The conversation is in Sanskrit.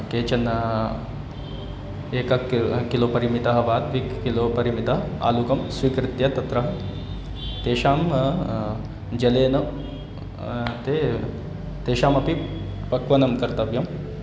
केचन एकं किल् किलो परिमितं वा द्वि किलो परिमितम् आलुकं स्वीकृत्य तत्र तेषां जलेन ते तेषामपि पचनं कर्तव्यं